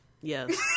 Yes